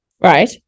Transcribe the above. Right